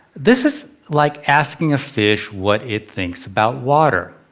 this is like asking a fish what it thinks about water?